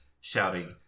shouting